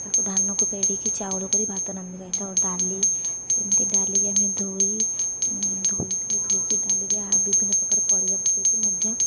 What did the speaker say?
ତାକୁ ଧାନକୁ ପେଡ଼ିକି ଚାଉଳ କରି ଭାତ ରାନ୍ଧିକି ଖାଇଥାଉ ଡାଲି ସେମିତି ଡାଲିକି ଆମେ ଧୋଇ ଧୋଇଥାଉ ଧୋଇକି ଡାଲିରେ ବିଭିନ୍ନ ପ୍ରକାର ପରିବା ପକେଇକି ମଧ୍ୟ